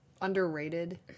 Underrated